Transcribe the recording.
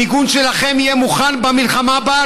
המיגון שלכם יהיה מוכן במלחמה הבאה,